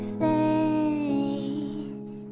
face